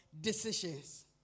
decisions